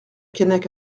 keinec